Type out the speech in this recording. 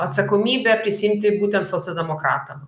atsakomybę prisiimti būtent socialdemokratam